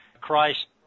Christ